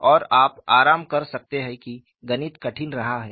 और आप आराम कर सकते हैं कि गणित कठिन रहा है